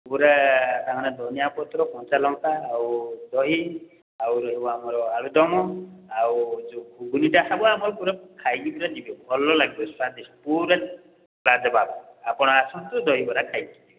ପୂରା ତା'ମାନେ ଧନିଆ ପତ୍ର କଞ୍ଚା ଲଙ୍କା ଆଉ ଦହି ଆଉ ଯେଉଁ ଆମର ଆଳୁଦମ୍ ଆଉ ଯେଉଁ ଘୁଗୁନିଟା ସବୁ ଆମର ପୂରା ଖାଇକି ପୂରା ଯିବେ ଭଲ ଲାଗିବ ସ୍ୱାଦିଷ୍ଟ ପୂରା ଲାଜବାବ୍ ଆପଣ ଆସନ୍ତୁ ଦହିବରା ଖାଇକି ଯିବେ